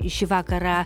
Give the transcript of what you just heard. šį vakarą